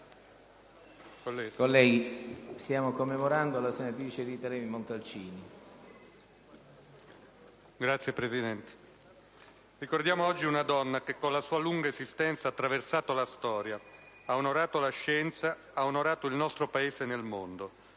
signor Presidente. Ricordiamo oggi una donna che, con la sua lunga esistenza, ha attraversato la storia, ha onorato la scienza, ha onorato il nostro Paese nel mondo,